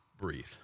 breathe